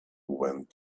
went